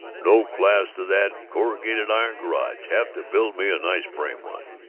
no class to that corrugated iron garage. have to build me a nice frame one.